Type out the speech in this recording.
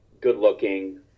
good-looking